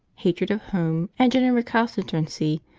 hatred of home, and general recalcitrancy,